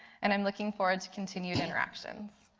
and i'm looking forward to continued interactions.